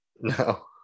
No